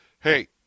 hey